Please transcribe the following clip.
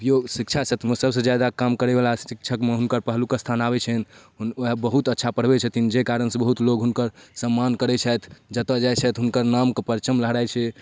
शिक्षा क्षेत्रमे सबसँ जादा काम करैवला शिक्षकमे हुनकर पहिलुक स्थान आबै छनि हुन वएह बहुत अच्छा पढ़बै छथिन जाहि कारणसँ बहुत लोक हुनकर सम्मान करै छथि जतऽ जाइ छथि हुनकर नामके परचम लहराइ छै